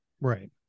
Right